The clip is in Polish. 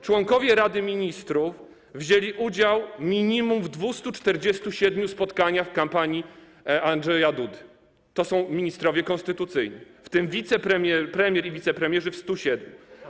Członkowie Rady Ministrów wzięli udział minimum w 247 spotkaniach kampanii Andrzeja Dudy, to są ministrowie konstytucyjni, w tym wicepremier i wicepremierzy w 107.